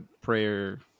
prayer